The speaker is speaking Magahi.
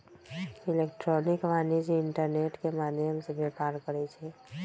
इलेक्ट्रॉनिक वाणिज्य इंटरनेट के माध्यम से व्यापार करइ छै